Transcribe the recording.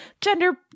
gender